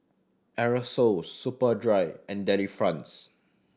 Aerosoles Superdry and Delifrance